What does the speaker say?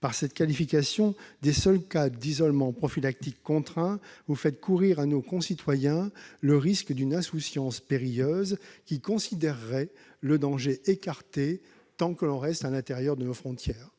Par cette qualification des seuls cas d'isolement prophylactique contraint, monsieur le ministre, vous faites courir à nos concitoyens le risque d'une insouciance périlleuse, qui considérerait le danger écarté tant que l'on reste à l'intérieur de nos frontières.